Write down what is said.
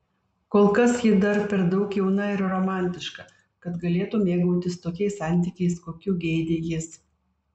kol kas ji dar per daug jauna ir romantiška kad galėtų mėgautis tokiais santykiais kokių geidė jis